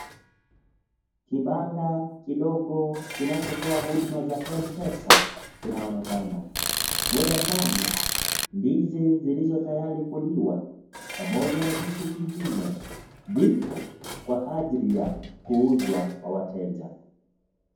Kibanda kidogo kinachotoa huduma za M-pesa kinaonekana, mle ndani ndizi zilizotayari kuliwa pamoja na vitu vingine vipo kwa ajili ya kuuzwa kwa wateja.